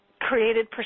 created